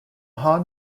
han